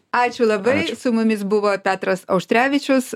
ačiū labai su mumis buvo petras auštrevičius